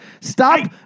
Stop